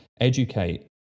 educate